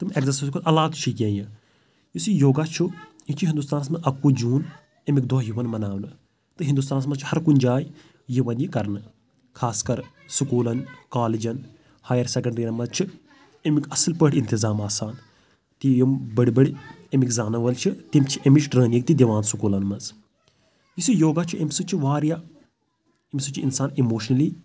تِم اٮ۪گزَسایزٕ کھۄتہٕ علاوٕ تہِ چھُ کیٚنٛہہ یہِ یُس یہِ یوگا چھُ یہِ چھُ ہِندُستانَس منٛز اَکہٕ وُہ جوٗن اَمیُک دۄہ یِوان مَناونہٕ تہٕ ہِندُستانَس منٛز چھُ ہَر کُنۍ جایہِ یِوان یہِ کَرنہٕ خاص کَر سکوٗلن کالِجَن ہایَر سٮ۪کَنڈِیَن منٛز چھِ اَمیُک اَصٕل پٲٹھۍ اِنتظام آسان تہٕ یِم بٔڑۍ بٔڑۍ اَمِکۍ زانَن وٲلۍ چھِ تِم چھِ اَمِچ ٹرٛٲنِنٛگ تہِ دِوان سکوٗلَن منٛز یُس یہِ یوگا چھُ اَمۍ سۭتۍ چھُ واریاہ اَمۍ سۭتۍ چھُ اِنسان اِموشنٔلی